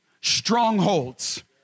strongholds